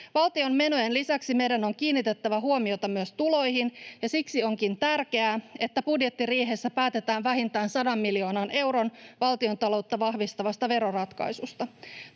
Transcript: Valtion menojen lisäksi meidän on kiinnitettävä huomiota myös tuloihin, ja siksi onkin tärkeää, että budjettiriihessä päätetään vähintään 100 miljoonan euron valtiontaloutta vahvistavasta veroratkaisusta.